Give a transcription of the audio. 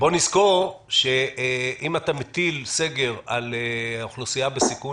בואו נזכור שאם אתה מטיל סגר על אוכלוסייה בסיכון